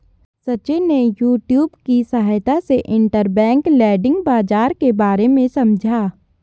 सचिन ने यूट्यूब की सहायता से इंटरबैंक लैंडिंग बाजार के बारे में समझा